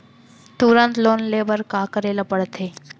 तुरंत लोन ले बर का करे ला पढ़थे?